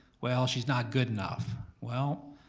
well, she's not good enough. well,